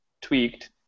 tweaked